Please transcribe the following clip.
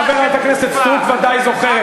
חברת הכנסת סטרוק ודאי זוכרת.